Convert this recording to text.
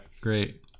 Great